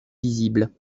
visibles